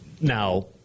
Now